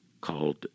called